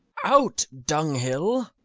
out, dunghill!